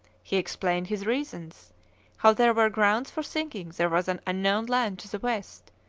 he explained his reasons how there were grounds for thinking there was an unknown land to the west,